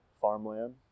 farmland